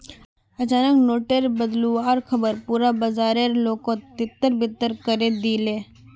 अचानक नोट टेर बदलुवार ख़बर पुरा बाजारेर लोकोत तितर बितर करे दिलए